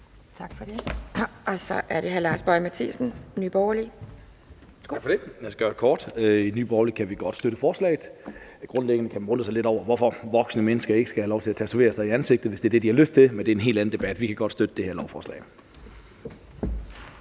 Mathiesen, Nye Borgerlige. Værsgo. Kl. 10:12 (Ordfører) Lars Boje Mathiesen (NB): Tak for det. Jeg skal gøre det kort. I Nye Borgerlige kan vi godt støtte forslaget. Grundlæggende kan man undre sig lidt over, hvorfor voksne mennesker ikke lovligt skal kunne lade sig tatovere i ansigtet , hvis det er det, de har lyst til. Men det er en helt anden debat. Vi kan godt støtte det her lovforslag.